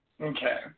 Okay